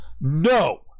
No